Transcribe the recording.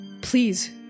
please